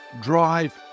drive